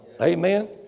Amen